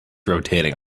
rotating